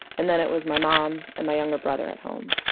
and then it was my mom and my younger brother at home.